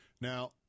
Now